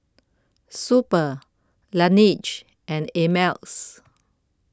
Super Laneige and Ameltz